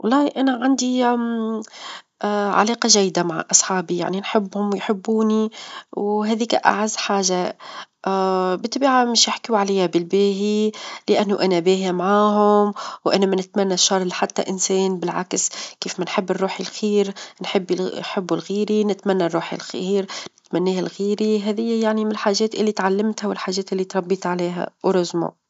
والله أنا عندي علاقة جيدة مع أصحابي يعني نحبهم، ويحبوني، وهاذيك أعز حاجة، بالطبيعة مش يحكيو عليا بالباهي لأنه أنا باهية معاهم، وأنا ما نتمنى الشر لحتى إنسان بالعكس كيف ما نحب لروحي الخير -نحب- نحبه لغيرى، نتمنى لروحي الخير نتمناه لغيري، هذيا يعني من الحاجات اللي تعلمتها، والحاجات اللي تربيت عليها لحسن الحظ.